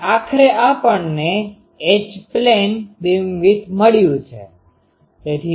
તેથી આખરે આપણને H પ્લેન બીમવિડ્થ મળ્યું છે